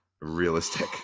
realistic